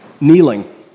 kneeling